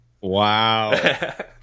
Wow